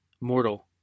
Mortal